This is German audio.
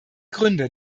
gründe